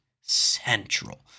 central